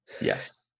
Yes